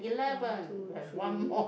one two three